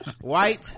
white